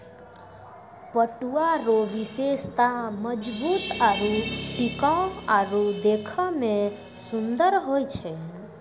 पटुआ रो विशेषता मजबूत आरू टिकाउ आरु देखै मे सुन्दर होय छै